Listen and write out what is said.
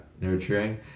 nurturing